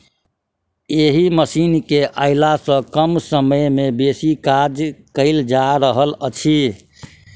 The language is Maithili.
एहि मशीन केअयला सॅ कम समय मे बेसी काज कयल जा रहल अछि